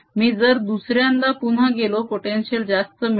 मी जर दुसऱ्यांदा पुन्हा गेलो पोटेन्शिअल जास्त मिळेल